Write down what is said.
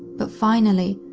but finally,